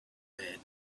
bed